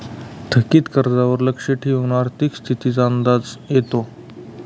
थकीत कर्जावर लक्ष ठेवून आर्थिक स्थितीचा अंदाज येतो